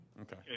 Okay